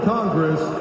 Congress